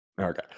Okay